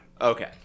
Okay